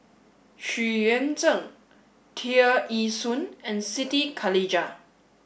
Xu Yuan Zhen Tear Ee Soon and Siti Khalijah